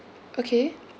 okay